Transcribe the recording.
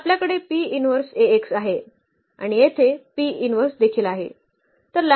तर आपल्याकडे Ax आहे आणि येथे देखील आहे